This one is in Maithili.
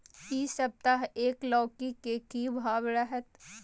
इ सप्ताह एक लौकी के की भाव रहत?